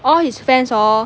all his fans hor